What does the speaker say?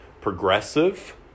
progressive